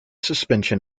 suspension